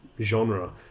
genre